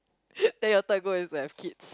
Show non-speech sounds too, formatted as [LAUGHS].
[LAUGHS] then your third goal is to have kids